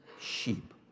sheep